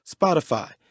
spotify